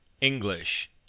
English